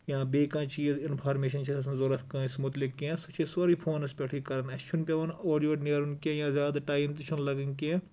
یا بیٚیہِ کانٛہہ چیٖز اِنفارمیشَن چھ آسان ضروٗرت کٲنٛسہِ متلق کینٛہہ سۄ چھِ أسۍ سورُے فونَس پٮ۪ٹھٕے کَران اَسہِ چھُنہٕ پٮ۪وان اورٕ یورٕ نیرُن کینٛہہ یا زیادٕ ٹایم تہِ چھُنہٕ لَگَان کینٛہہ